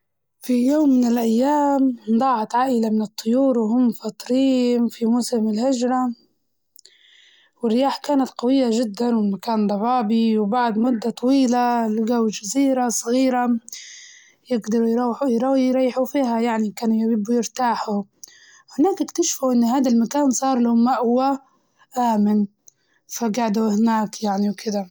في يوم من الأيام ضاعت عائلة من الطيور وهم في الطريق في موسم الهجرة، والرياح كانت قوية جداً والمكان ضبابي وبعد مدة طويلة لقوا جزيرة صغيرة يقدروا يروحوا يريحوا فيها يعني كانوا يبوا يرتاحوا، وهناك اكتشفوا إن هدا المكان صار لهم مأوى آمن فقعدوا هناك يعني وكدة